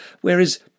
Whereas